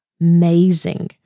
amazing